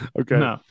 okay